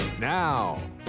Now